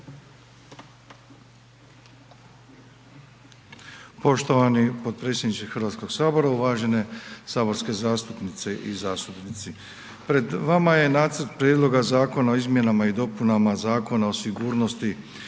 Poštovani potpredsjedniče HS, uvažene saborske zastupnice i zastupnici, pred vama je nacrt Prijedloga zakona o izmjenama i dopunama Zakona o sigurnosti